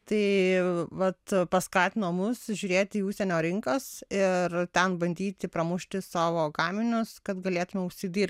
tai vat paskatino mus žiūrėti į užsienio rinkas ir ten bandyti pramušti savo gaminius kad galėtume užsidirbt